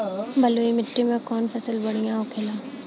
बलुई मिट्टी में कौन फसल बढ़ियां होखे ला?